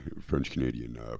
French-Canadian